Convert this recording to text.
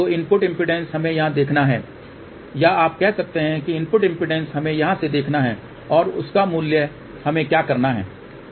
तो input impedance हमें यहाँ देखना है या आप कह सकते हैं कि इनपुट एडमिटन्स हमें यहाँ से देखना है और उसका मूल्य हमें क्या करना है